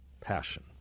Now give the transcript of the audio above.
passion